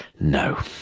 No